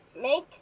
make